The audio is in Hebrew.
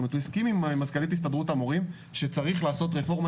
הוא הסכים עם מזכ"לית הסתדרות המורים שצריך לעשות רפורמה